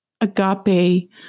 agape